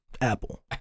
Apple